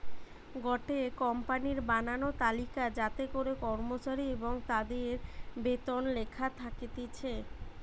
গটে কোম্পানির বানানো তালিকা যাতে করে কর্মচারী এবং তাদির বেতন লেখা থাকতিছে